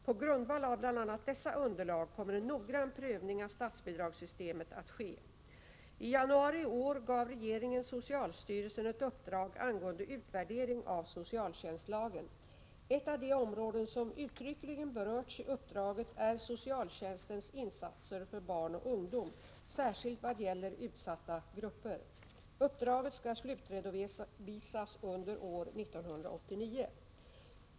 På grundval av bl.a. dessa underlag kommer en noggrann prövning av statsbidragssystemet att ske. I januari i år gav regeringen socialstyrelsen ett uppdrag angående utvärdering av socialtjänstlagen. Ett av de områden som uttryckligen berörts i uppdraget är socialtjänstens insatser för barn och ungdom, särskilt vad gäller utsatta grupper. Uppdraget skall slutredovisas under år 1989.